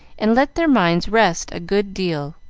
and let their minds rest a good deal,